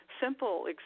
simple